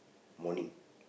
morning